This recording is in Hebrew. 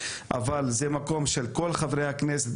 אבל זה מקום של כל חברי הכנסת,